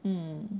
mm